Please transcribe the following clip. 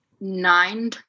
nine